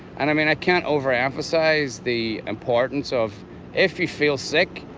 and i mean i can't overemphasize the importance of if you feel sick.